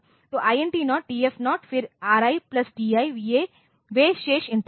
तो INT0 TF0 फिर RI TI वे शेष इंटरप्ट हैं